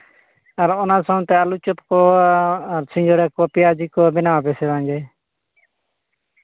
ᱟᱨ ᱚᱱᱟ ᱥᱟᱶᱛᱮ ᱟᱹᱞᱩ ᱪᱳᱴ ᱠᱚ ᱟᱨ ᱥᱤᱸᱜᱟᱲᱟ ᱠᱚ ᱯᱮᱸᱭᱟᱡᱤ ᱠᱚ ᱵᱮᱱᱟᱣ ᱟᱯᱮ ᱥᱮ ᱵᱟᱝᱜᱮ